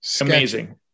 amazing